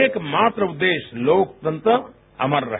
एकमात्र उद्देश्य लोकतंत्र अमर रहे